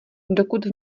dokud